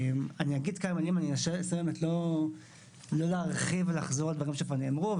אני אנסה לא להרחיב ולחזור על דברים שכבר נאמרו,